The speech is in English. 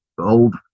old